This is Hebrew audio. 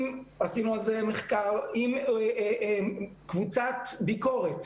עשינו על זה מחקר עם קבוצת ביקורת,